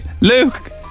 Luke